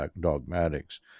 dogmatics